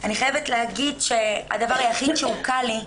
אני חייבת להגיד שהדבר היחיד שהוקל לי הוא,